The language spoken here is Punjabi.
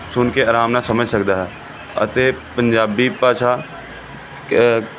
ਸੁਣ ਕੇ ਅਰਾਮ ਨਾਲ ਸਮਝ ਸਕਦਾ ਹੈ ਅਤੇ ਪੰਜਾਬੀ ਭਾਸ਼ਾ